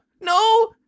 no